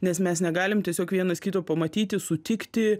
nes mes negalim tiesiog vienas kito pamatyti sutikti